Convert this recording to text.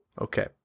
Okay